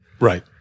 Right